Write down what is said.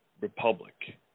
republic